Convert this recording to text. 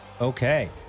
okay